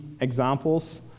examples